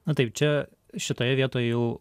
na taip čia šitoje vietoj jau